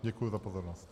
Děkuji za pozornost.